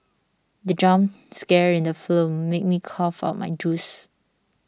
the jump scare in the film made me cough out my juice